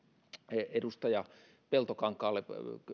edustaja peltokankaalle